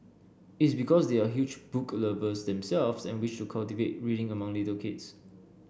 it's because they are huge book lovers themselves and wish to cultivate reading among little kids